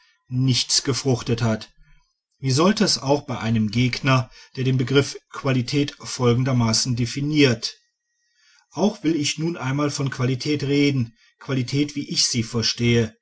nichts gefruchtet hat wie sollte es auch bei einem gegner der den begriff qualität folgendermaßen definiert auch ich will nun einmal von qualität reden qualität wie ich sie verstehe